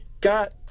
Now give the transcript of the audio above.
got